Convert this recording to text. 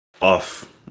off